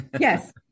Yes